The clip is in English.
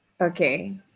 Okay